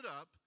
up